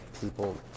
people